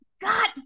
god